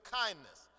kindness